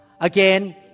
Again